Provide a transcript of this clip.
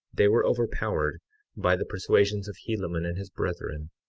they were overpowered by the persuasions of helaman and his brethren,